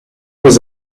was